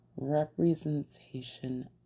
Representation